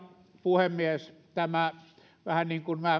puhemies vähän niin kuin